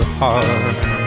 heart